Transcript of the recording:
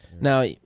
Now